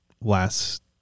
last